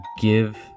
give